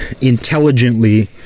intelligently